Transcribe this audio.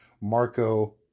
Marco